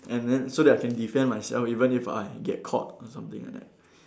and then so that I can defend myself even if I get caught or something like that